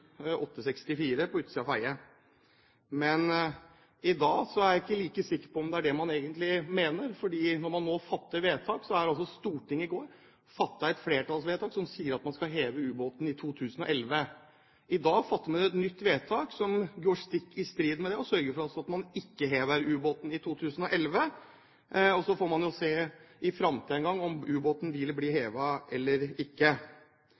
Men i dag er jeg ikke like sikker på om det er det man egentlig mener. For Stortinget fattet i går et flertallsvedtak som sier at man skal heve ubåten i 2011, mens man i dag skal fatte et nytt vedtak som er stikk i strid med det, og sørger for at man ikke hever ubåten i 2011. Så får man se en gang i fremtiden om ubåten vil bli hevet eller ikke.